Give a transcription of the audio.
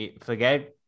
forget